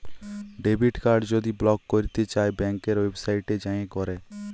debit card যদি block ক্যইরতে চাই ব্যাংকের ওয়েবসাইটে যাঁয়ে ক্যরে